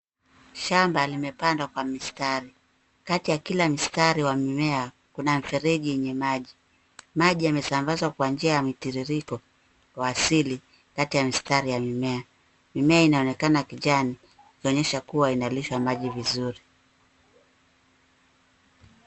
Shamba limepandwa kwa mistari. Kati ya kila mistari wa mimea, kuna mfereji yenye maji. Maji yamesambazwa kwa njia ya mtiririko wa asili, kati ya mistari ya mimea. Mimea inaonekana kijani, ikionyesha kuwa inalishwa maji vizuri.